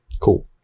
Cool